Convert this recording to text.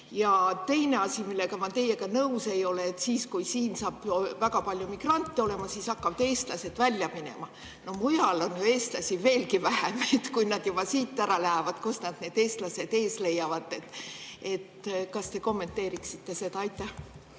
Teine asi, milles ma teiega nõus ei ole, on see, et siis, kui siin saab väga palju migrante olema, hakkavad eestlased lahkuma. No mujal on eestlasi ju veelgi vähem. Kui nad juba siit ära lähevad, kust nad need eestlased eest leiavad? Kas te kommenteeriksite seda? Aitäh,